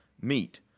meet